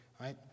Right